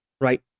Right